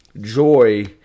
joy